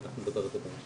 אנחנו נדבר על זה בהמשך.